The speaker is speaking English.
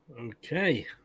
Okay